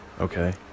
Okay